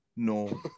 No